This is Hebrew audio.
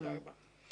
תודה רבה.